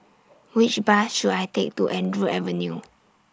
Which Bus should I Take to Andrew Avenue